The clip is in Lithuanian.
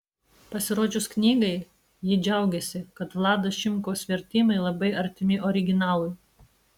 pasirodžius knygai ji džiaugėsi kad vlado šimkaus vertimai labai artimi originalui